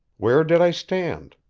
where did i stand?